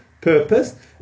purpose